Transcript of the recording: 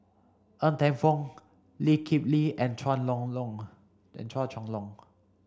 Ng Teng Fong Lee Kip Lee and Chua Long Long and Chua Chong Long